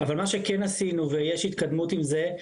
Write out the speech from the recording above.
אבל מה שכן עשינו ויש התקדמות עם זה,